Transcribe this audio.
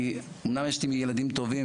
כי אומנם יש לי ילדים טובים,